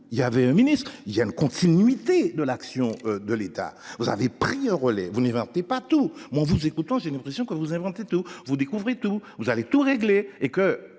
il y avait un ministre il y a une continuité de l'action de l'État, vous avez pris un relais vous n'inventez pas tout. Moi, en vous écoutant, j'ai l'impression que vous avez monté tous vous Découvrez tout. Vous allez tout régler